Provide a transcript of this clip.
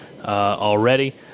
already